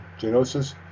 Genosis